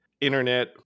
internet